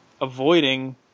avoiding